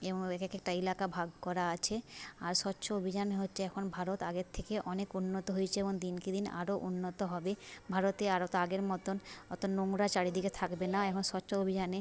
এবং এক একটা এলাকা ভাগ করা আছে আর স্বচ্ছ অভিযানে হচ্ছে এখন ভারত আগের থেকে অনেক উন্নত হয়েছে এবং দিনকে দিন আরও উন্নত হবে ভারতে আর অত আগের মতন অত নোংরা চারিদিকে থাকবে না এখন স্বচ্ছ অভিযানে